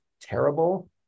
terrible